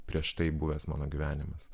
prieš tai buvęs mano gyvenimas